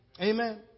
Amen